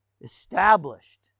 established